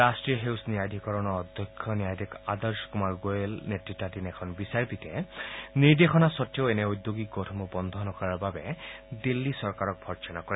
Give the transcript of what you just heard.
ৰাষ্ট্ৰীয় সেউজ ন্যায়াধিকৰণৰ অধ্যক্ষ ন্যায়াধীশ আদৰ্শ কুমাৰ গোৱেল নেত়তাধীন এখন বিচাৰপীঠে নিৰ্দেশনা স্বতেও এনে ঔদ্যোগিক গোটসমূহ বন্ধ নকৰাৰ বাবে দিল্লী চৰকাৰক ভৰ্ৎসনা কৰে